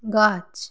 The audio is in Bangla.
গাছ